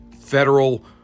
federal